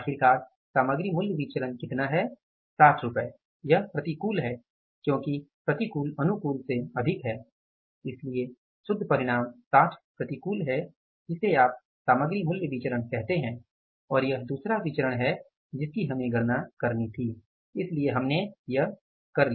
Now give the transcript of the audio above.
तो आखिरकार सामग्री मूल्य विचलन कितना है 60 रुपये यह प्रतिकूल है क्योंकि प्रतिकूल अनुकूल से अधिक है इसलिए शुद्ध परिणाम 60 प्रतिकूल है जिसे आप सामग्री मूल्य विचरण कहते हैं और यह दूसरा विचरण है जिसकी हमें गणना करनी थी इसलिए हमने यह कर लिया